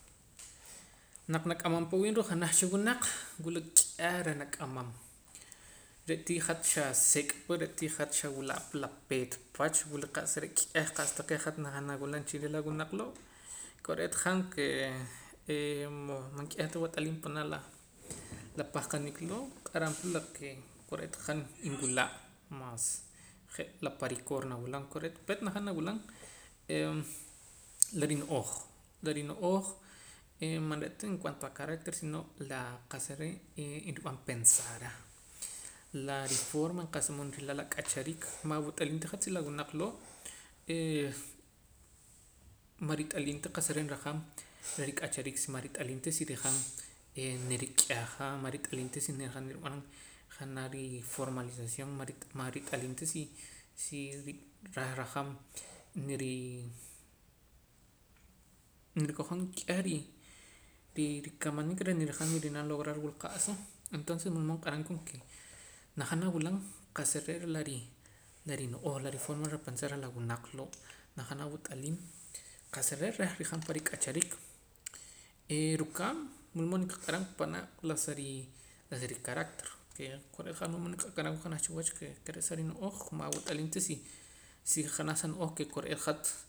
Naq nak'amam pa awiib' ruu' janaj cha wunaq wula k'eh reh nak'amam re'tii hat xasik' pa re'tii hat xa wula' pa la peet pach wula qa'sa re' k'eh taqee' hat najaam nawulam chiriij la wunaq loo' kore'eet han kee man k'eh ta wat'aalim panaa' la pahqanik loo' q'aram pa la ke kore'eet han nwila' mas je' la pa rikoor nawulam kurik peet najaam nawulam e la rino'ooj la rino'ooj e man re'ta en cuanto a carácter sino la qa'sa re' inrib'an pensar reh la riforma en qa'sa mood rila' la k'achariik ma awat'aliim ta si la wunaq loo' marita'liim ta qa'sa re' rajaam reh rik'achariik si marit'aliim ta si rajaam nirik'eja marit'aliim ta si nirajaam rib'anam janaj riformalización marit'aliim ta si si reh rajaam nirii nirikojom k'eh ri rikamaniik reh nirijaam ri'nab' lograr wul qa'sa entonces wulmood q'aram koon ke najaam nawulam qa'sa re' la ri rino'ooj la riforma reh la pensar reh la wunaq loo' najaam nawat'aliim qa'sa re' reh rajaam pan rik'achariik ee rukab' lo único ke q'aram panaa' la si la si ricarácter ke kore'eet han lo único ke wulmood q'aram la janaj cha wach ke re' sa rino'ooj ma awat'aliim ta si si janaj sa no'ooj ke kore'eet hat